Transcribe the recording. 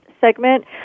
segment